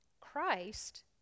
Christ